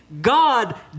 God